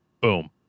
Boom